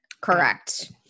correct